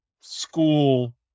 school